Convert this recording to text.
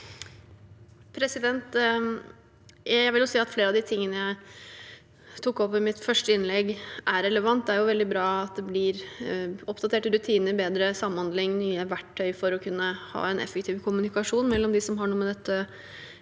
Jeg vil si at flere av de tingene jeg tok opp i mitt første innlegg, er relevante. Det er veldig bra at det blir oppdaterte rutiner, bedre samhandling og nye verktøy for å kunne ha en effektiv kommunikasjon mellom dem som har noe med dette